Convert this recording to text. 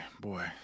boy